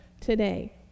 today